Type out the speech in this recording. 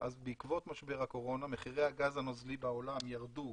בעקבות משבר הקורונה מחירי הגז הנוזלי בעולם ירדו